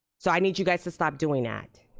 so i need you guys to stop doing that.